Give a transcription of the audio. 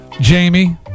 Jamie